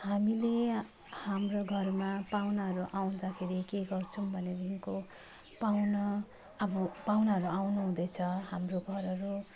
हामीले हाम्रो घरमा पाहुनाहरू आउँदाखेरि के गर्छौँ भनेदेखिन्को पाहुना अब पाहुनाहरू आउनुहुँदैछ हाम्रो घरहरू